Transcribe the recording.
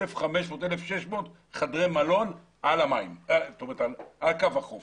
1,600-1,500 חדרי מלון על קו החוף.